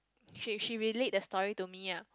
she she related the story to me lah